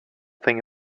thing